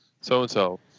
so-and-so